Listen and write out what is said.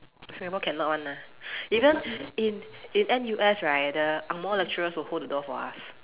Singapore cannot [one] ah even in in n_u_s right the angmoh lecturers will hold the door for us